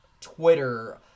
Twitter